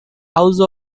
house